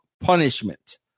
punishment